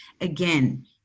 again